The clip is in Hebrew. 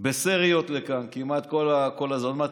בסריות לכאן, כמעט כל הזמן.